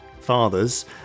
fathers